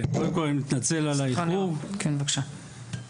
כן, בבקשה.